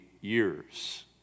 years